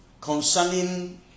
concerning